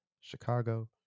Chicago